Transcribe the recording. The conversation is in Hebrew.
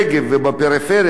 לילדים האלה,